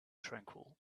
tranquil